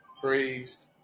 praised